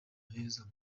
heza